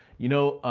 you know,